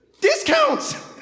Discounts